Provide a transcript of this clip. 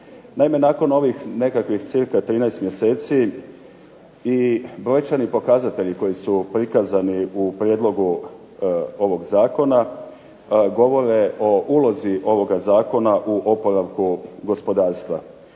Naime, nakon ovih nekakvih cca 13 mjeseci i brojčani pokazatelji koji su prikazani u prijedlogu ovog zakona govore o ulozi ovoga zakona u oporavku gospodarstva.